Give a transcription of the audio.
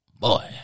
Boy